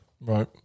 Right